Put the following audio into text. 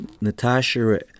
Natasha